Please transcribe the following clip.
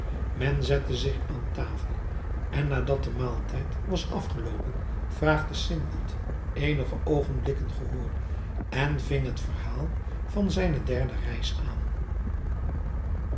men zette zich aan tafel en nadat de maaltijd was afgeloopen vraagde sindbad eenige oogenblikken gehoor en ving het verhaal van zijne derde reis aan